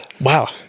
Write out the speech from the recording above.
Wow